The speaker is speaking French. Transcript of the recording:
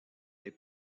des